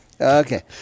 Okay